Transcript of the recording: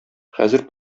хәзер